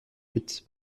huit